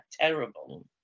terrible